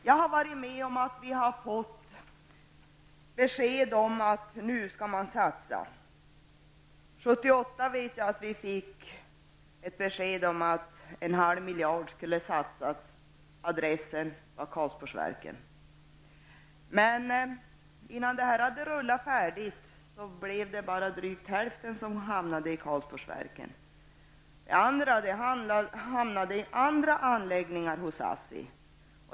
Jag har varit med om att det har kommit besked om att satsningar skulle göras. Jag kommer ihåg att det kom besked 1978 om att en halv miljard skulle satsas. Adress: Karlsborgsverken. Men det blev bara drygt hälften av det som satsades som hamnade i Karlsborgsverken. Resten hamnade hos andra ASSI-anläggningar.